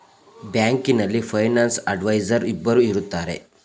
ಬ್ಯಾಂಕಿನಲ್ಲಿ finance advisor ಒಬ್ಬರು ಇರುತ್ತಾರೆ